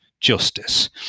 justice